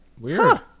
weird